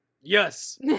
Yes